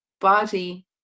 body